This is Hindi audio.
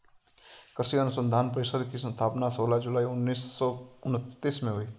कृषि अनुसंधान परिषद की स्थापना सोलह जुलाई उन्नीस सौ उनत्तीस में हुई